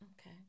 okay